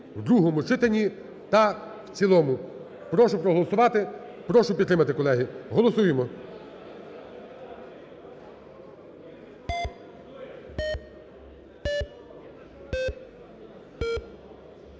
в другому читанні та в цілому. Прошу проголосувати. Прошу підтримати, колеги. голосуємо.